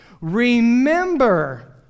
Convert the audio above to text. remember